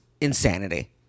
insanity